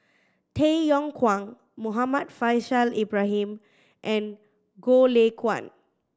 Tay Yong Kwang Muhammad Faishal Ibrahim and Goh Lay Kuan